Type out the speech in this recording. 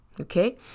Okay